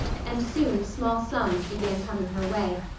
and soon small sums began coming her way.